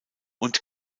und